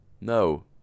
No